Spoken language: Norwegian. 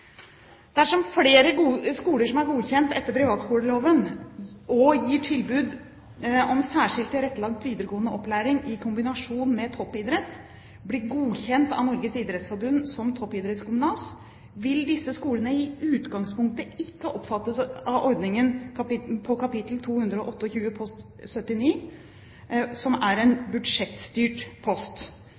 Dersom flere skoler som er godkjent etter privatskoleloven og gir tilbud om særskilt tilrettelagt videregående opplæring i kombinasjon med toppidrett, blir godkjent av Norges idrettsforbund som toppidrettsgymnas, vil disse skolene i utgangspunktet ikke omfattes av ordningen på kap. 228 post 79, som er en budsjettstyrt post.